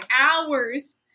hours